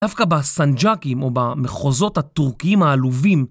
דווקא בסנג'אקים או במחוזות הטורקים העלובים